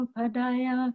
Padaya